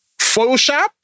Photoshop